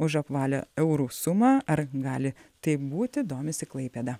už apvalią eurų sumą ar gali taip būti domisi klaipėda